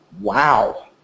wow